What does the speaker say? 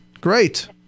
Great